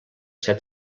set